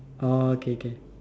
oh okay okay